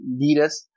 leaders